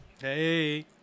Hey